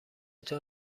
طور